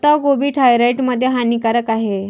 पत्ताकोबी थायरॉईड मध्ये हानिकारक आहे